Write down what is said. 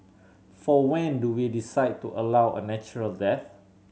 for when do we decide to allow a natural death